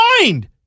mind